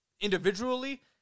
individually